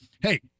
Hey